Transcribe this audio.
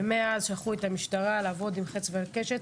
ומאז שלחו את המשטרה לעבוד עם חץ וקשת,